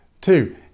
Two